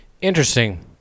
Interesting